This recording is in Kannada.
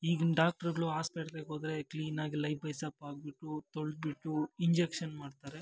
ಈಗಿನ ಡಾಕ್ಟ್ರಗಳು ಆಸ್ಪತ್ರೆಗೋದ್ರೆ ಕ್ಲೀನಾಗಿ ಲೈಪ್ಬಾಯ್ ಸೋಪಾಕ್ಬಿಟ್ಟು ತೊಳ್ದ್ಬಿಟ್ಟು ಇಂಜೆಕ್ಷನ್ ಮಾಡ್ತಾರೆ